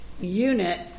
unit